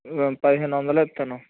పదిహేను వందలు ఇస్తాను